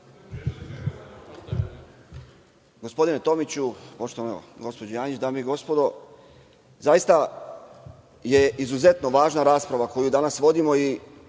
gospodine Tomiću, poštovana gospođo Janjić, dame i gospodo, zaista je izuzetno važna rasprava koju danas vodimo i